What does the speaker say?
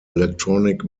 electronic